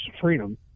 freedom